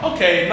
Okay